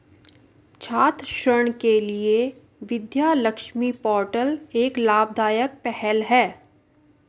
छात्र ऋण के लिए विद्या लक्ष्मी पोर्टल एक लाभदायक पहल है